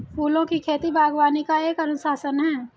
फूलों की खेती, बागवानी का एक अनुशासन है